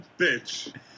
bitch